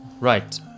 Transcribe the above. Right